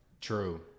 True